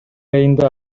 айында